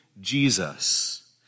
Jesus